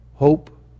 Hope